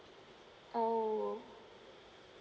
oh